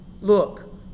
look